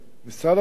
משרד התמ"ת,